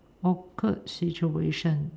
awkward situation